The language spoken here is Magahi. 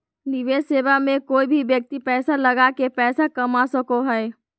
निवेश सेवा मे कोय भी व्यक्ति पैसा लगा के पैसा कमा सको हय